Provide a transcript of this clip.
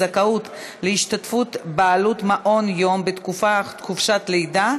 זכאות להשתתפות בעלות מעון-יום בתקופת חופשת הלידה),